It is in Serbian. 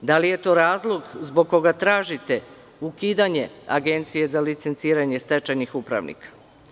Da li je to razlog zbog koga tražite ukidanje Agencije za licenciranje stečajnih upravnika?